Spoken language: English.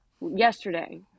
Yesterday